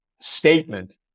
statement